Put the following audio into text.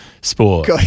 sport